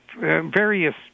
various